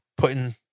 putting